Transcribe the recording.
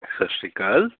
ਸਤਿ ਸ਼੍ਰੀ ਅਕਾਲ